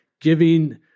giving –